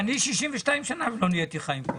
אני 62 שנה ולא נהייתי חיים כהן.